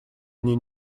они